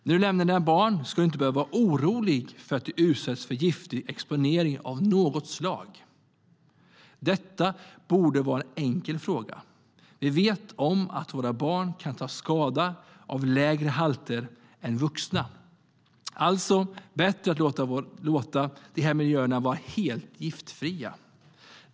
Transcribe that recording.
När du lämnar dina barn ska du inte behöva vara orolig för att de ska utsättas för giftig exponering av något slag. Detta borde vara en enkel fråga. Vi vet om att våra barn kan ta mer skada av lägre halter än vuxna, alltså är det bättre att låta de här miljöerna vara helt giftfria.